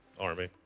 army